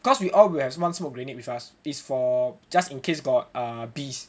cause we all will have one smoke grenade with us is for just in case got err bees